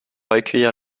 accueillir